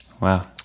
Wow